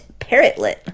parrotlet